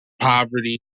poverty